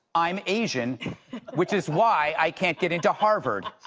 i am asian which is why i can't get into harvard.